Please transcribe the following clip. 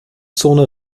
zone